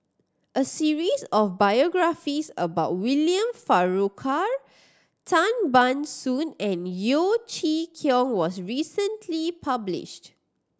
a series of biographies about William Farquhar Tan Ban Soon and Yeo Chee Kiong was recently published